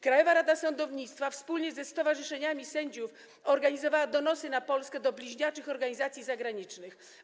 Krajowa Rada Sądownictwa wspólnie ze stowarzyszeniami sędziów organizowała donosy na Polskę do bliźniaczych organizacji zagranicznych.